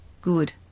Good